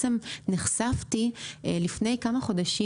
נחשפתי לפני כמה חודשים,